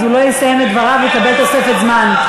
אז הוא לא יסיים את דבריו ויקבל תוספת זמן.